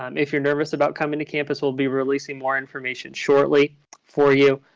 um if you're nervous about coming to campus, we'll be releasing more information shortly for you.